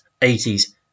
80s